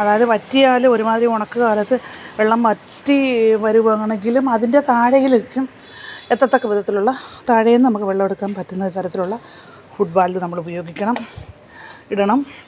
അതായത് വറ്റിയാൽ ഒരുമാതിരി ഉണക്ക് കാലത്ത് വെള്ളം വറ്റി വരികയാണെങ്കിലും അതിൻ്റെ താഴെയിലിരിക്കും എത്തത്തക്ക വിധത്തിലുള്ള താഴേന്ന് നമുക്ക് വെള്ളമെടുക്കാൻ പറ്റുന്ന തരത്തിലുള്ള ഫുട് വാൽവ് നമ്മൾ ഉപയോഗിക്കണം ഇടണം